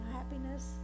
happiness